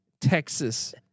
Texas